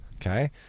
okay